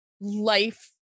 life